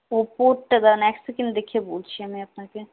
ওপোরটা দাঁড়ান এক সেকেন্ড দেখে বলছি আমি আপনাকে